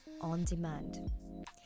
on-demand